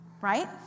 right